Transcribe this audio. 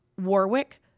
Warwick